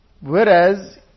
Whereas